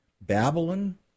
Babylon